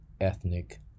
ethnic